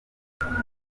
ndetse